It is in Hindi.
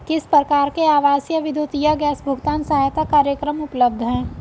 किस प्रकार के आवासीय विद्युत या गैस भुगतान सहायता कार्यक्रम उपलब्ध हैं?